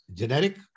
generic